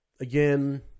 again